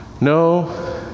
No